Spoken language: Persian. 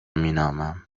مینامم